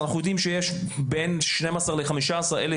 אנחנו יודעים שיש בין 12,000 ל-15,000